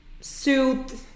suit